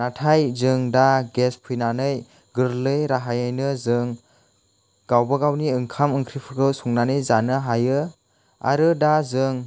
नाथाय जों दा गेस फैनानै गोरलै राहायैनो जों गावबा गावनि ओंखाम ओंख्रिफोरखौ संनानै जानो हायो आरो दा जों